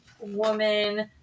woman